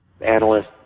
analyst